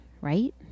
right